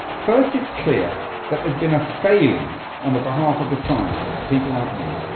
first, it's clear that there has been a failing on the behalf of the scientists, people like me,